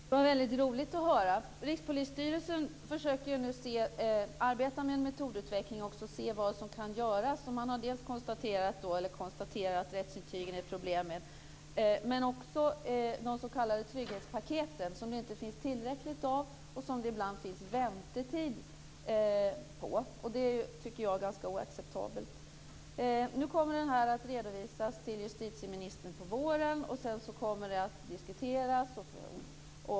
Fru talman! Det var väldigt roligt att höra. Rikspolisstyrelsen försöker nu arbeta med metodutvecklingen och se vad som kan göras. Man har konstaterar att det är problem med rättsintygen, men också med de s.k. trygghetspaketen, som det inte finns tillräckligt av och som det ibland är väntetid på. Det tycker jag är ganska oacceptabelt. Nu kommer det här att redovisas till justitieministern under våren och sedan kommer det att diskuteras.